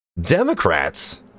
Democrats